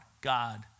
God